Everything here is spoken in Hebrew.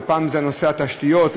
ופעם זה נושא התשתיות,